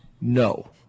no